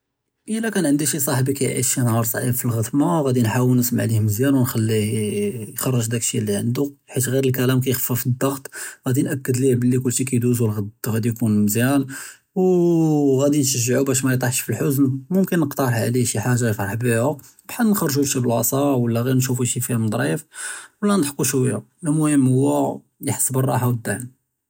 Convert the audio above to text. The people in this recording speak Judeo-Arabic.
אִדָּא כַּאן עְנְדִי שִי צָאחְבִּי כַּיְעִיש נְהַאר צְעַב פִּי אֶלְעֻתְמָה גַ'אִי נְחַאוֶול נִסְמַע לִיה מְזְיָּאן וּנְחַלִּיה יוּחְ'רֻג דַּאק אֶשִּׁי אֶלְלִי עְנְדוּ חִית עְ'יר אֶלְכְּלַאם יְחַ'פֶּף אֶלְדַּעְט, סְנַאכֵּד לִיה בִּאֲנָּא כֻּל שִּׁי יְדוּז וְגַ'אִי יְכוּן מְזְיָּאן וְגַ'אִי נְשַׁגֵּע לִיה בַּאש מַיְטִיחְש פִּי אֶלְחֻזְן, מֻמְכִּן נְקְתָּרֵח לִיה שִּׁי חַאגָ'ה יְפַרַח בִּיהָ בְּחַל נְחְ'רֻגוּ שִי בְּלַאסָה וְלָא עְ'יר נְשׁוּפוּ שִי פִילְם דְּרִיף וְלָא נְדַחְקוּ שְוַיָּא, אֶלְמֻהִם הֻוָא יְחֵס בִּאֶלְרָאחָה וְאֶדְדַעְם.